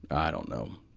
i don't know,